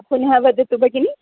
पुनः वदतु भगिनि